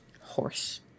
Horse